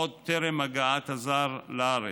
עוד טרם הגעת הזר לארץ.